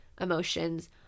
emotions